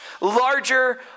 larger